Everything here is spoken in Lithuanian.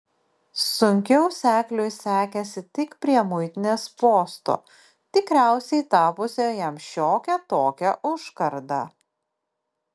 sunkiau sekliui sekėsi tik prie muitinės posto tikriausiai tapusio jam šiokia tokia užkarda